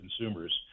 consumers